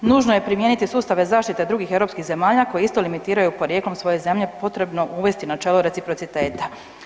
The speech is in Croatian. Nužno je primijeniti sustave zaštite drugih europskih zemalja koje isto limitiraju porijeklom svoje zemlje potrebno uvesti načelo reciprociteta.